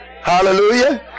Hallelujah